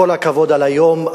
כל הכבוד על היום,